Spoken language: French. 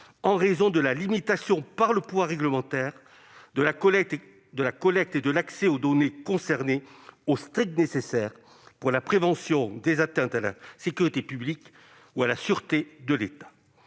en raison de la limitation, par le pouvoir réglementaire, de la collecte et de l'accès aux données concernées « au strict nécessaire pour la prévention des atteintes à la sécurité publique ou à la sûreté de l'État